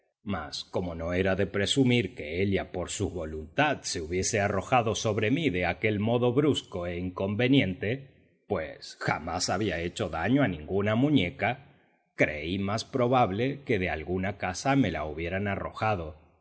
mas como no era de presumir que ella por su voluntad se hubiese arrojado sobre mí de aquel modo brusco e inconveniente pues jamás había hecho daño a ninguna muñeca creí más probable que de alguna casa me la hubieran arrojado